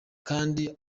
kandi